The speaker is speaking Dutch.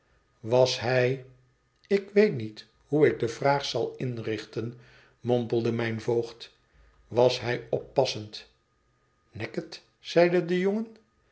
was hij ik weet niet hoe ik de vraag zal inrichten mompelde mijn voogd was hij oppassend neckett zeide de jongen